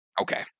okay